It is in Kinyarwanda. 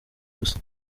gusa